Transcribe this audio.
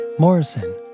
Morrison